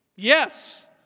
Yes